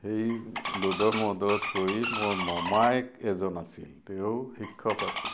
সেই দোধোৰ মোধোৰত পৰি মোৰ মোমাইক এজন আছিল তেওঁ শিক্ষক আছিল